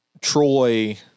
Troy